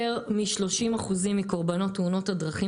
יותר מ-30% מקורבנות תאונות הדרכים